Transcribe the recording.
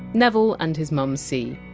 neville and his mom c.